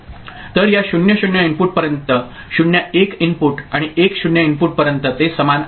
तर या 0 0 इनपुट पर्यंत 0 1 इनपुट आणि 1 0 इनपुट पर्यंत ते समान आहेत